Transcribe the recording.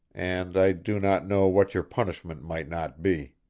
and i do not know what your punishment might not be.